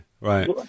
right